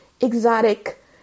exotic